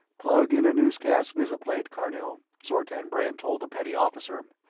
plug in a newscast visiplate, karnil, zortan brend told the petty officer.